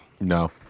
No